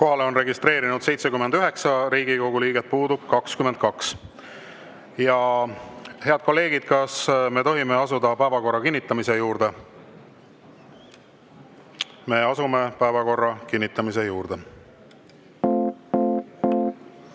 Kohalolijaks on registreerunud 79 Riigikogu liiget, puudub 22. Head kolleegid, kas me tohime asuda päevakorra kinnitamise juurde? Me asume päevakorra kinnitamise juurde.